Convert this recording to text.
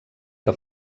que